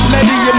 Lady